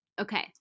Okay